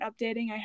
updating